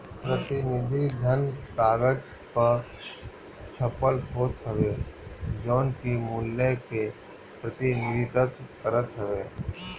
प्रतिनिधि धन कागज पअ छपल होत हवे जवन की मूल्य के प्रतिनिधित्व करत हवे